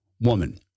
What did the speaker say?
woman